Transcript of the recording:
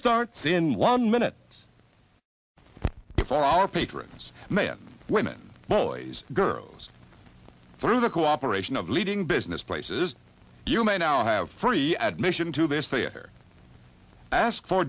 starts in one minute before our patrons men women boys girls through the cooperation of leading business places you may now have free admission to this theater ask for